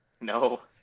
no